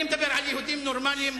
אני מדבר על יהודים נורמלים,